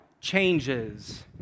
changes